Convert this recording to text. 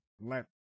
let